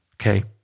Okay